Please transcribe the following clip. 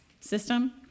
system